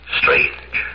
strange